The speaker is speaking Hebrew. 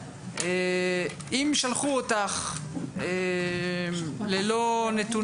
אם שלחו אותך ללא נתונים,